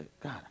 God